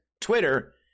Twitter